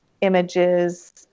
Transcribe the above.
images